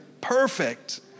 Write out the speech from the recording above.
perfect